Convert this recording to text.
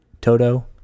Toto